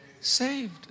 saved